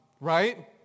Right